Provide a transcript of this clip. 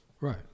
right